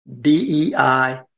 DEI